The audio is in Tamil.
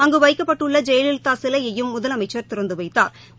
அங்கு வைக்கப்பட்டுள்ள ஜெயலலிதா சிலையையும் முதலமைச்சா் திறந்து வைத்தாா்